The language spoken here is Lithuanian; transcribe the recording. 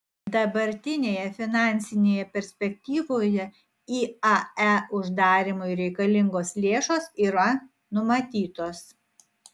dabartinėje finansinėje perspektyvoje iae uždarymui reikalingos lėšos yra numatytos